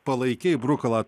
palaikei brukalą